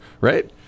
right